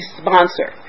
sponsor